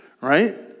right